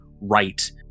right